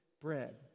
bread